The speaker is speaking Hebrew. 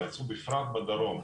ובפרט בדרום,